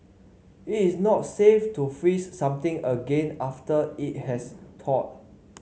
it is not safe to freeze something again after it has thawed